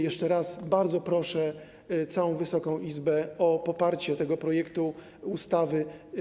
Jeszcze raz bardzo proszę całą Wysoką Izbę o poparcie tego projektu ustawy.